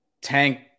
Tank